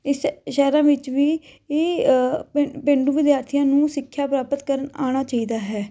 ਇਸ ਸ਼ ਸ਼ਹਿਰਾਂ ਵਿੱਚ ਵੀ ਵੀ ਪੇਂ ਪੇਂਡੂ ਵਿਦਿਆਰਥੀਆਂ ਨੂੰ ਸਿੱਖਿਆ ਪ੍ਰਾਪਤ ਕਰਨ ਆਉਣਾ ਚਾਹੀਦਾ ਹੈ